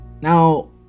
Now